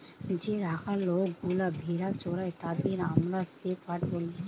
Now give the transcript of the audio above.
যে রাখাল লোকগুলা ভেড়া চোরাই তাদের আমরা শেপার্ড বলছি